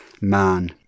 man